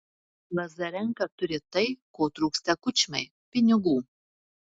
lazarenka turi tai ko trūksta kučmai pinigų